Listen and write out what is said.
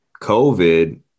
COVID